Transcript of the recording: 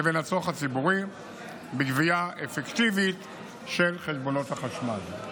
לבין הצורך הציבורי בגבייה אפקטיבית של חשבונות החשמל.